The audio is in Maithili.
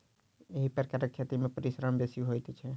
एहि प्रकारक खेती मे परिश्रम बेसी होइत छै